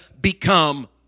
become